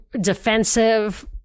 defensive